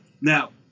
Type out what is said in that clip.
Now